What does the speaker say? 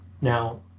Now